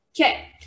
Okay